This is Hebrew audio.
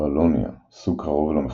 טטרלוניה – סוג קרוב למחושית.